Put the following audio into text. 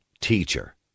teacher